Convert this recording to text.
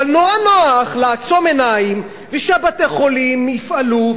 אבל נורא נוח לעצום עיניים ושבתי-החולים יפעלו,